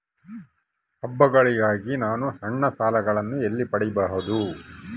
ಹಬ್ಬಗಳಿಗಾಗಿ ನಾನು ಸಣ್ಣ ಸಾಲಗಳನ್ನು ಎಲ್ಲಿ ಪಡಿಬಹುದು?